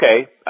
okay